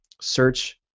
search